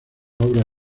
obra